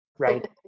Right